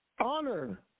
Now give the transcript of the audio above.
honor